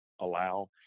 allow